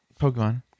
Pokemon